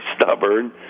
stubborn